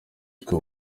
twe